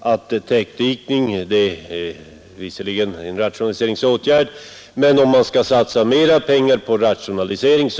att täckdikning visserligen är en rationaliseringsåtgärd men att det finns åtgärder som är angelägnare, om man skall satsa mera pengar på rationalisering.